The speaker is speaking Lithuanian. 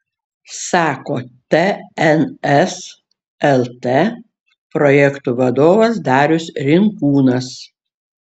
sako tns lt projektų vadovas darius rinkūnas